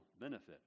benefit